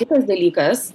kitas dalykas